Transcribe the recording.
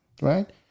Right